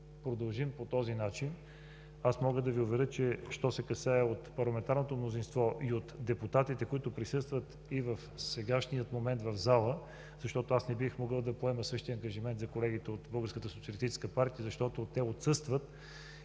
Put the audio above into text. продължим по този начин, аз мога да Ви уверя, че що се касае от парламентарното мнозинство и от депутатите, които присъстват и в сегашния момент в залата, защото не бих могъл да поема същия ангажимент за колегите от Българската